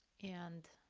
and